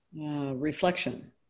reflection